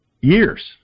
years